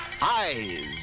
eyes